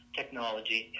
technology